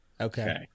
Okay